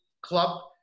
club